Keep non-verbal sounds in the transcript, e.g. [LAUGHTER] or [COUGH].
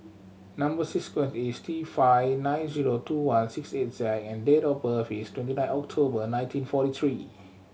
number [UNINTELLIGIBLE] is T five nine zero two one six eight Z and date of birth is twenty nine October nineteen forty three